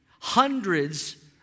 hundreds